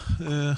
להם.